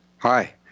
Hi